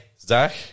Zach